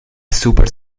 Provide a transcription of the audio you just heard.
super